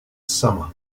summer